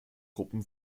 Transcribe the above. truppen